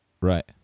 Right